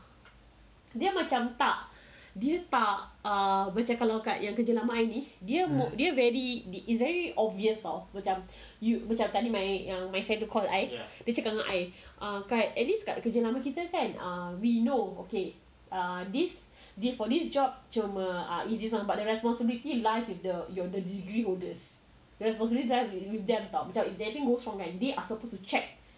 dia macam tak dia tak err macam kalau kat yang kerja lama I ni dia very is very obvious [tau] macam you macam tadi my yang call I dia cakap dengan I err kat at least dekat kerja lama kita kan err we know okay this for this job cuma but the responsibility lies with the your degree holders the responsibility lies with them [tau] macam if thing goes wrong kan they are supposed to check